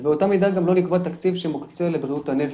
ובאותה מידה גם לא נקבע תקציב שמוקצה לבריאות הנפש.